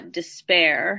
despair